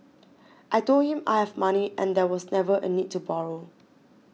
I told him I have money and there was never a need to borrow